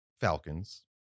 falcons